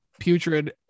putrid